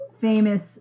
famous